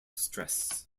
stress